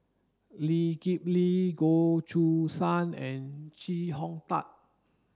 Lee Kip Lee Goh Choo San and Chee Hong Tat